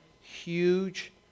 huge